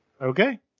Okay